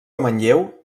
manlleu